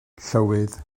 llywydd